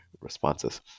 responses